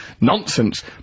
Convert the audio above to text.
Nonsense